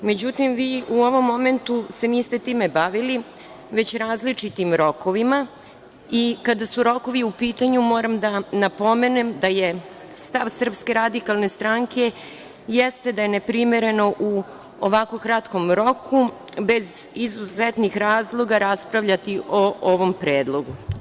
Međutim, vi u ovom momentu se niste time bavili, već različitim rokovima i kada su rokovi u pitanju, moram da napomenem da je stav SRS da je neprimereno da u ovako kratkom roku, bez izuzetnih razloga raspravljati o ovom predlogu.